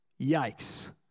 Yikes